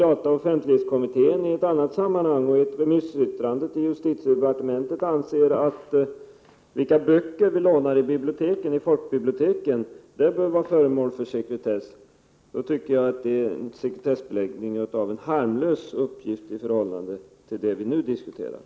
1987/88:41 i ett annat sammanhang och i ett remissyttrande till justitiedepartementet 9 december 1987 anfört att uppgifter om vilka böcker vi lånar i folkbiblioteken bör vara Sekretesskyddet för föremål för sekretess, så tycker jag att det gäller sekretessbeläggning av en fisa ad Rd 5 harmlös uppgift jämfört med vad vi nu diskuterar.